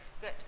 Good